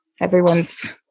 everyone's